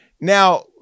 Now